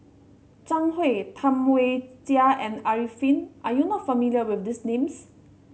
Zhang Hui Tam Wai Jia and Arifin are you not familiar with these names